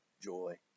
joy